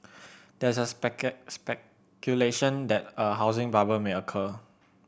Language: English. there is a speculation that a housing bubble may occur